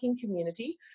community